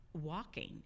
walking